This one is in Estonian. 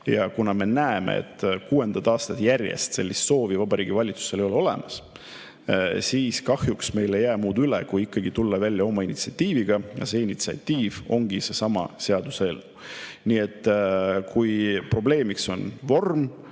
ja kuna me näeme, et kuuendat aastat järjest sellist soovi Vabariigi Valitsusel ei ole, siis kahjuks meil ei jää muud üle, kui tulla välja oma initsiatiiviga. Ja see initsiatiiv ongi seesama seaduseelnõu. Nii et kui probleemiks on vorm